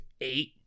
eight